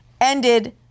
ended